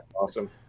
awesome